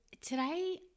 today